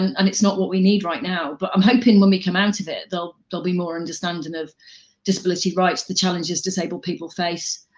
and and it's not what we need right now. but i'm hoping when we come out of it, they'll they'll be more understanding of disability rights, the challenges disabled people face,